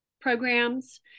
programs